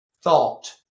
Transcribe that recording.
thought